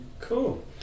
Cool